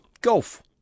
golf